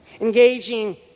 Engaging